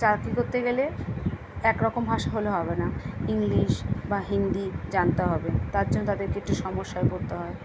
চাকরি করতে গেলে এক রকম ভাষা হলে হবে না ইংলিশ বা হিন্দি জানতে হবে তার জন্য তাদেরকে একটু সমস্যায় পড়তে হয়